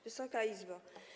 Wysoka Izbo!